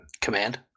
Command